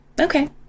Okay